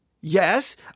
yes